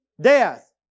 Death